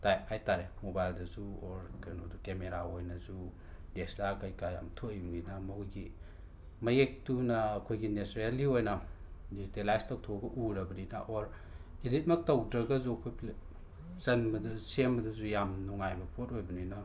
type ꯍꯥꯏꯇꯔꯦ ꯃꯣꯕꯥꯏꯜꯗꯖꯨ or ꯀꯩꯅꯣꯗ ꯀꯦꯃꯦꯔꯥ ꯑꯣꯏꯅꯖꯨ ꯇꯦꯁꯂꯥ ꯀꯩꯀꯥ ꯌꯥꯝ ꯊꯣꯛꯏꯃꯤꯅ ꯃꯣꯏꯒꯤ ꯃꯌꯦꯛꯇꯨꯅ ꯑꯩꯈꯣꯏꯒꯤ ꯅꯦꯆꯔꯦꯜꯂꯤ ꯑꯣꯏꯅ ꯗꯤꯖꯤꯇꯦꯂꯥꯏꯖ ꯇꯧꯊꯣꯛꯑꯒ ꯎꯔꯕꯅꯤꯅ ꯑꯣꯔ ꯏꯗꯤꯠꯃꯛ ꯇꯧꯗ꯭ꯔꯒꯖꯨ ꯑꯈꯣꯏꯒꯤ ꯆꯟꯕꯗ ꯁꯦꯝꯕꯗꯖꯨ ꯌꯥꯝ ꯅꯨꯡꯉꯥꯏꯕ ꯄꯣꯠ ꯑꯣꯏꯕꯅꯤꯅ